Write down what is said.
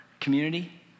community